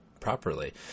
properly